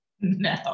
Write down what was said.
No